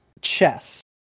Chess